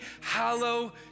Hallow